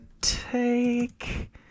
take